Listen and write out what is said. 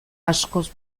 askoz